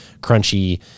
crunchy